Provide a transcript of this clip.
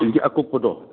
ꯍꯧꯖꯤꯛꯀꯤ ꯑꯀꯨꯞꯄꯗꯣ